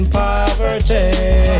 poverty